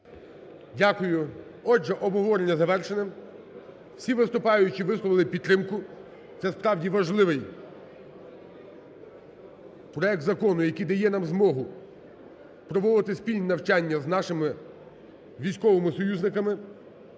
Дякую. Отже обговорення завершене. Всі виступаючі висловили підтримку. Це, справді, важливий проект закону, який дає нам змогу проводити спільні навчання з нашими військовими союзниками: